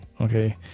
okay